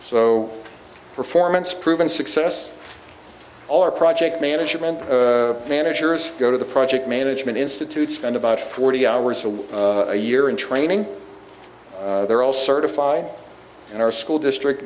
so performance proven success all our project management managers go to the project management institute spend about forty hours a week a year in training they're all certified and our school district